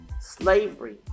Slavery